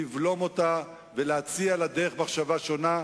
לבלום אותה ולהציע לה דרך מחשבה שונה.